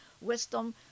wisdom